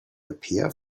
appear